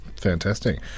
Fantastic